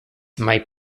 might